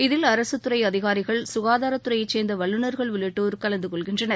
இதில் அரசுத்துறை அதிகாரிகள் சுகாதாரத்துறையைச் சேர்ந்த வல்லுனர்கள் உள்ளிட்டோர் கலந்து கொளகின்றனர்